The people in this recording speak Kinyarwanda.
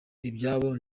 ibyabo